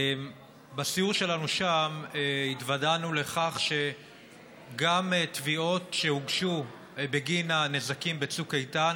בסיור שלנו שם התוודענו לכך שגם תביעות שהוגשו בגין הנזקים בצוק איתן,